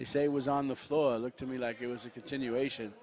they say was on the floor looked to me like it was a continuation